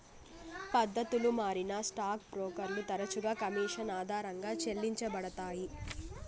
పద్దతులు మారినా స్టాక్ బ్రోకర్లు తరచుగా కమిషన్ ఆధారంగా చెల్లించబడతారు